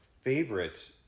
favorite